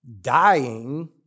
dying